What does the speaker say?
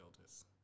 elders